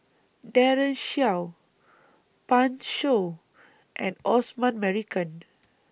Daren Shiau Pan Shou and Osman Merican